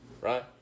Right